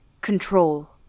control